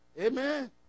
Amen